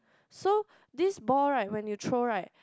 so this ball right when you throw right